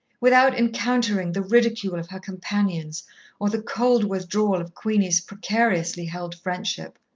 without encountering the ridicule of her companions or the cold withdrawal of queenie's precariously-held friendship.